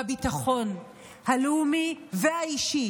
בביטחון הלאומי והאישי,